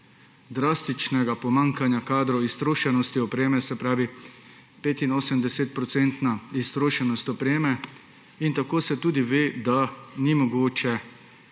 drastičnega pomanjkanja kadrov, iztrošenosti opreme, 85-procentna iztrošenost opreme. Tako se tudi ve, da ni mogoče